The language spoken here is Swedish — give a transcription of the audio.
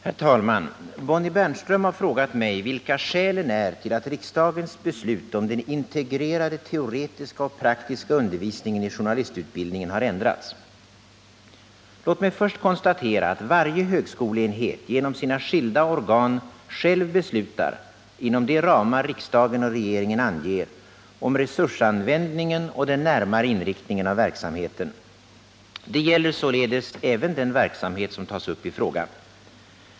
Herr talman! Bonnie Bernström har frågat mig vilka skälen är till att riksdagens beslut om den integrerade teoretiska och praktiska undervisningen i journalistutbildningen har ändrats. Låt mig först konstatera att varje högskoleenhet genom sina skilda organ själv beslutar — inom de ramar riksdagen och regeringen anger — om resursanvändningen och den närmare inriktningen av verksamheten. Det gäller således även den verksamhet som tas upp i frågan.